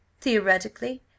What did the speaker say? Theoretically